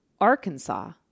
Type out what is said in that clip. arkansas